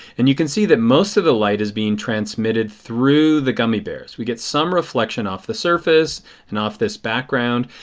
and you can see that most of the light is being transmitted through the gummy bears. we get some reflection off the surface and off this background.